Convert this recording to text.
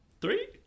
three